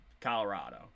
Colorado